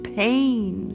pain